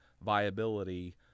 viability